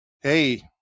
Hey